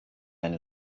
eine